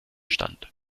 stand